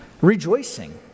Rejoicing